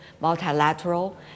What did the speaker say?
multilateral